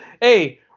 Hey